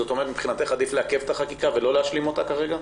זאת אומרת שמבחינתך עדיף לעכב את החקיקה ולא להשלים אותה כרגע?